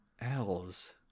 elves